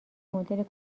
مدل